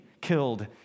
killed